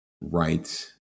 right